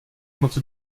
moc